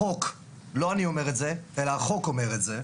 החוק, לא אני אומר את זה אלא החוק אומר את זה,